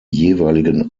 jeweiligen